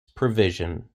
provision